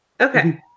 Okay